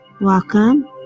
welcome